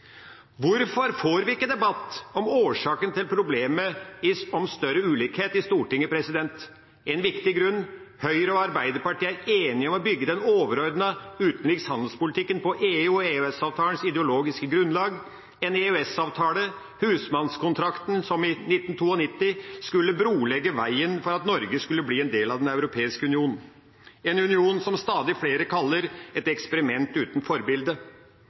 Hvorfor får vi ikke debatt i Stortinget om årsaken til problemet med større ulikhet? En viktig grunn er at Høyre og Arbeiderpartiet er enige om å bygge den overordnede utenriks handelspolitikken på EU og EØS-avtalens ideologiske grunnlag, en EØS-avtale – husmannskontrakt – som i 1992 skulle brolegge veien for at Norge skulle bli en del av Den europeiske union, en union som stadig flere kaller et eksperiment uten forbilde.